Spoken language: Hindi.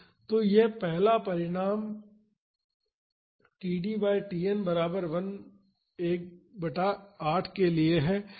तो यह पहला परिणाम td बाई Tn बराबर 1 बटा 8 के लिए है